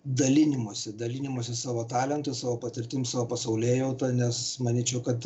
dalinimosi dalinimosi savo talentus o patirtim savo pasaulėjauta nes manyčiau kad